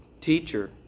Teacher